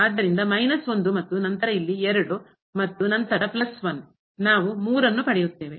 ಆದ್ದರಿಂದ ಮೈನಸ್ ಮತ್ತು ನಂತರ ಇಲ್ಲಿ ಮತ್ತು ನಂತರ ಪ್ಲಸ್ ನಾವು ಅನ್ನು ಪಡೆಯುತ್ತೇವೆ